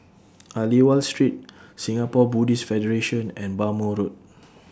Aliwal Street Singapore Buddhist Federation and Bhamo Road